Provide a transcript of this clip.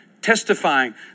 testifying